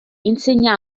insegna